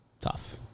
Tough